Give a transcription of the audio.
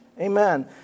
Amen